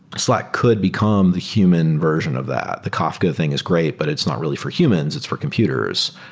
slack could become the human version of that. the kafka thing is great, but it's not really for humans. it's for computers.